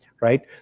right